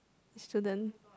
student